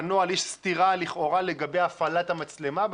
יש סתירה, לכאורה, לגבי הפעלת המצלמה.